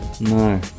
no